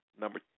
number